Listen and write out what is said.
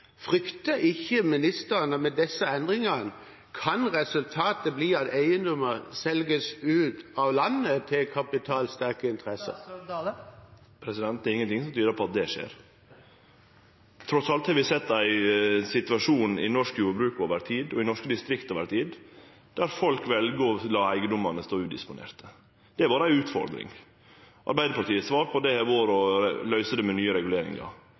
med disse endringene kan resultatet bli at eiendommer selges ut av landet til kapitalsterke interesser? Det er ingenting som tyder på at det skjer. Trass i alt har vi sett ein situasjon i norsk jordbruk og i norske distrikt over tid der folk vel å la eigedomane stå udisponerte. Det har vore ei utfordring. Arbeidarpartiets svar på det har vore å løyse det med nye reguleringar.